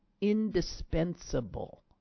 indispensable